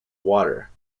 water